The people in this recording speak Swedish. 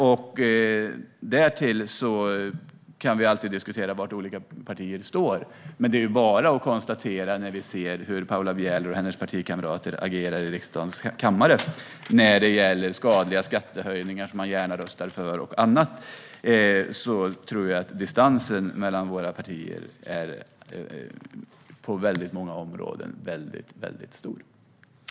Vi kan alltid diskutera var olika partier står. Men när vi ser hur Paula Bieler och hennes partikamrater agerar i riksdagens kammare när det gäller skadliga skattehöjningar och annat som man röstar för kan vi konstatera att avståndet mellan våra partier på många områden är väldigt stort.